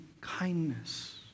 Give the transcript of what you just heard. kindness